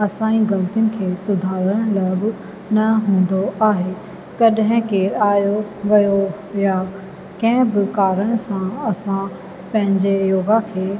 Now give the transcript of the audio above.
असां जी ग़लतियुनि खे सुधारण लाइ बि न हूंदो आहे कॾहिं केरु आयो वियो यां कंहिं बि कारण सां असां पंहिंजे योगा खे